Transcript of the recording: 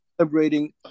celebrating